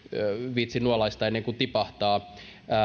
viitsi nuolaista ennen kuin tipahtaa